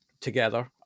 together